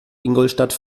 ingolstadt